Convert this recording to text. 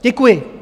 Děkuji.